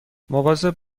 مواظب